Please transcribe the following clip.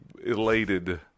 elated